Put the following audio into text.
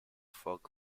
frog